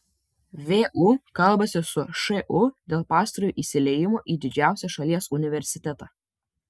vu kalbasi su šu dėl pastarojo įsiliejimo į didžiausią šalies universitetą